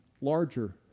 larger